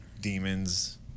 demons